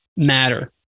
matter